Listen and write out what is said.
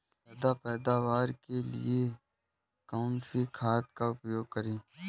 ज्यादा पैदावार के लिए कौन सी खाद का प्रयोग करें?